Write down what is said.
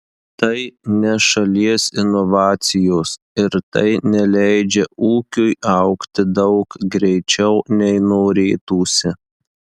tai ne šalies inovacijos ir tai neleidžia ūkiui augti daug greičiau nei norėtųsi